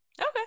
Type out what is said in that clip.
Okay